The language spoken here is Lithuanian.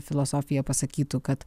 filosofija pasakytų kad